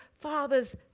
father's